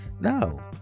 no